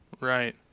Right